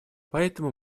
поэтому